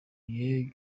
gihe